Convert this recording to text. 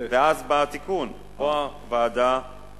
ואז בא התיקון, בזכות